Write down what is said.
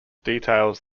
details